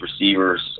receivers